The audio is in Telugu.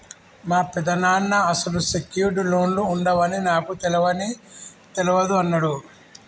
మా పెదనాన్న అసలు సెక్యూర్డ్ లోన్లు ఉండవని నాకు తెలవని తెలవదు అన్నడు